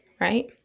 right